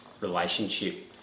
relationship